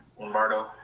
Lombardo